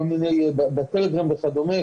כל מיני טלגראם וכדומה,